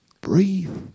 breathe